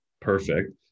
perfect